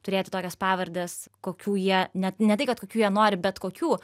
turėti tokias pavardes kokių jie net ne tai kad kokių jie nori bet kokių